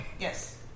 Yes